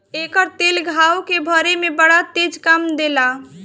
एकर तेल घाव के भरे में बड़ा तेज काम देला